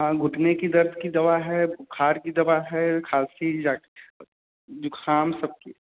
हाँ घुटने के दर्द की दवा है बुख़ार की दवा है खाँसी ज़ुख़ाम सब की